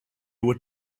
were